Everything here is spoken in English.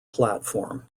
platform